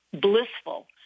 blissful